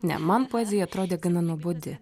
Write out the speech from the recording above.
ne man poezija atrodė gana nuobodi